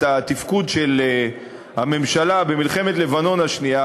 התפקוד של הממשלה במלחמת לבנון השנייה,